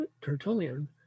Tertullian